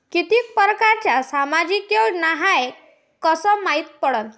कितीक परकारच्या सामाजिक योजना हाय कस मायती पडन?